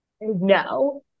no